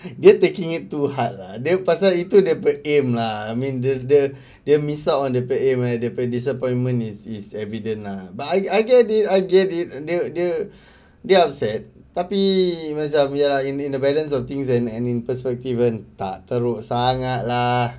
dia taking it to heart lah then pasal itu dia punya aim lah I mean dia dia dia miss out on dia punya the disappointment is is evident lah but I I get it I get it dia dia dia upset tapi macam ya lah in in the balance of things and an impossible given tak teruk sangat lah